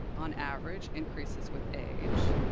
on average, increases with age,